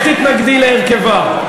איך תתנגדי להרכבה?